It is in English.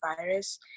virus